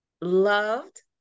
loved